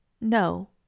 No